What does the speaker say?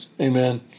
Amen